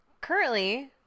currently